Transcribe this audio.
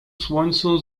słońcu